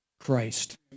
Christ